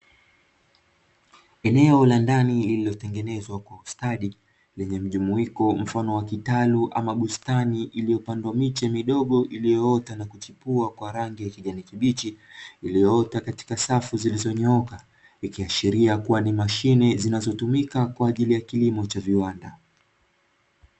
Eneo la ndani lililo tengenezwa kwa ustadi wenye mjumuiko mfano wa vitalu ama bustani iliyopandwa miche midoo iliyoota na kuchipua kwa rangi ya kijani kibichi, iliyoota katika safu zilizonyooka likiashiria kuwa ni mashine zinazotumika kwa ajili ya kilimo cha viwanda.